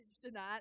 Tonight